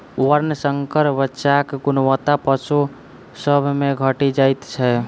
वर्णशंकर बच्चाक गुणवत्ता पशु सभ मे घटि जाइत छै